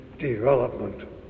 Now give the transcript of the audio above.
development